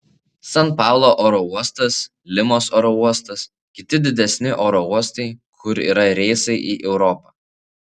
san paulo oro uostas limos oro uostas kiti didesni oro uostai kur yra reisai į europą